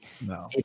No